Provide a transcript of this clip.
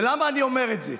ולמה אני אומר את זה?